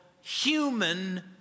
human